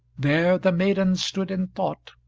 there the maiden stood in thought,